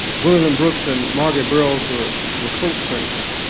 gwendolyn brooks and margaret burroughs were were close friends.